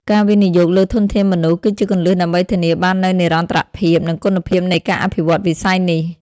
ការវិនិយោគលើធនធានមនុស្ស គឺជាគន្លឹះដើម្បីធានាបាននូវនិរន្តរភាព និងគុណភាពនៃការអភិវឌ្ឍវិស័យនេះ។